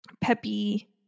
peppy